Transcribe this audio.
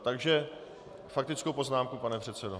Takže faktickou poznámku, pane předsedo.